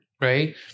right